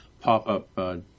pop-up